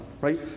right